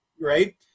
right